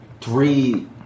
three